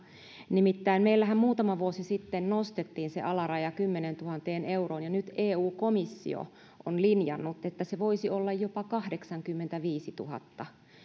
nimittäin meillähän muutama vuosi sitten nostettiin se alaraja kymmeneentuhanteen euroon ja nyt eu komissio on linjannut että se voisi olla jopa kahdeksankymmentäviisituhatta